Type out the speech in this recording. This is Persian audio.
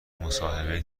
مصاحبه